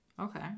Okay